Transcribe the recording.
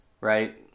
right